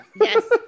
Yes